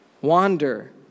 Wander